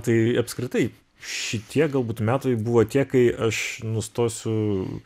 tai apskritai šitie galbūt metai buvo tie kai aš nustosiu